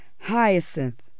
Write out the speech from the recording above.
Hyacinth